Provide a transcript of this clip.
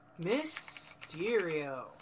Mysterio